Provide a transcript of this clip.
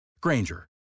Granger